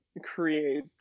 create